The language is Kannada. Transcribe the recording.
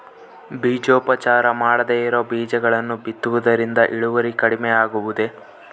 ಬೇಜೋಪಚಾರ ಮಾಡದೇ ಇರೋ ಬೇಜಗಳನ್ನು ಬಿತ್ತುವುದರಿಂದ ಇಳುವರಿ ಕಡಿಮೆ ಆಗುವುದೇ?